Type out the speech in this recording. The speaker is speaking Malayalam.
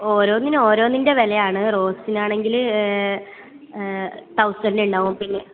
ഓരോന്നിനും ഓരോന്നിൻ്റെ വിലയാണ് റോസിന് ആണെങ്കിൽ തൗസൻഡ് ഉണ്ടാകും പിന്നെ